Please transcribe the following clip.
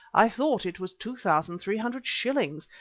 i thought it was two thousand three hundred shillings,